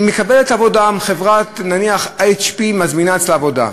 נניח ש-HP מזמינה אצלה עבודה,